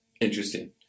Interesting